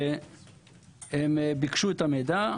והם ביקשו את המידע,